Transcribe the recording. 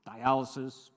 dialysis